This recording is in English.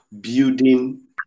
building